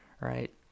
right